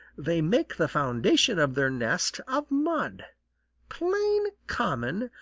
they make the foundation of their nest of mud plain, common,